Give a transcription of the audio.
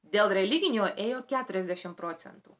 dėl religinio ėjo keturiasdešimt procentų